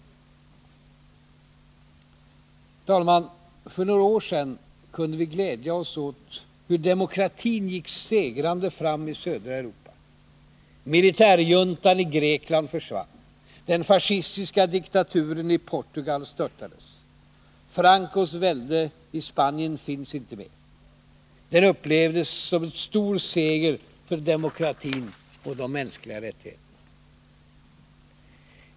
Herr talman! För några år sedan kunde vi glädja oss åt hur demokratin gick segrande fram i södra Europa. Militärjuntan i Grekland försvann. Den fascistiska diktaturen i Portugal störtades. Francos välde i Spanien finns inte mer. Det upplevdes som en stor seger för demokratin och de mänskliga rättigheterna.